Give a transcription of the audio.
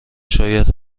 شاید